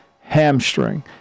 hamstring